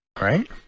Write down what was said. Right